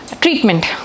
treatment